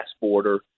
border